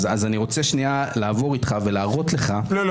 אני רוצה שנייה לעבור איתך ולהראות לך --- לא.